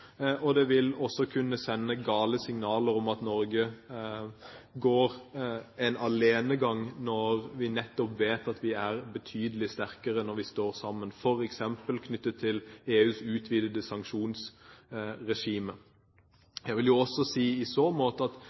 Og det vil også kunne sende gale signaler om at Norge går en alenegang, når vi vet at vi er betydelig sterkere når vi står sammen, f.eks. knyttet til EUs utvidede sanksjonsregime. I så måte vil jeg også si